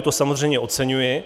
To samozřejmě oceňuji.